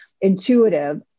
intuitive